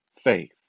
faith